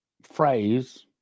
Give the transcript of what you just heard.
phrase